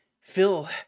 Phil